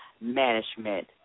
management